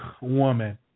woman